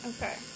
Okay